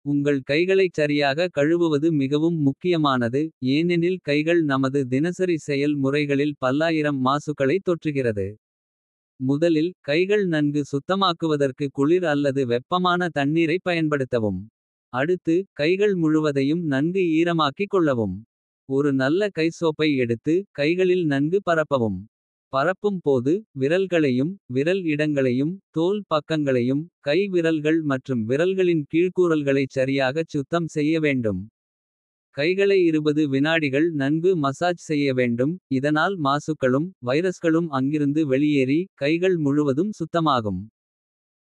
உங்கள் கைகளைக் சரியாக கழுவுவது மிகவும் முக்கியமானது. ஏனெனில் கைகள் நமது தினசரி செயல் முறைகளில். பல்லாயிரம் மாசுக்களைத் தொற்றுகிறது முதலில். கைகள் நன்கு சுத்தமாக்குவதற்கு குளிர் அல்லது வெப்பமான. தண்ணீரைப் பயன்படுத்தவும் அடுத்து கைகள். முழுவதையும் நன்கு ஈரமாக்கிக் கொள்ளவும். ஒரு நல்ல கைசோப்பை எடுத்து கைகளில் நன்கு பரப்பவும். பரப்பும் போது விரல்களையும் விரல் இடங்களையும். தோல் பக்கங்களையும் கை விரல்கள் மற்றும் விரல்களின். கீழ்கூறல்களைச் சரியாகச் சுத்தம் செய்ய வேண்டும். கைகளை 20 விநாடிகள் நன்கு மசாஜ் செய்ய வேண்டும். இதனால் மாசுக்களும் வைரஸ்களும் அங்கிருந்து வெளியேறி. கைகள் முழுவதும் சுத்தமாகும்.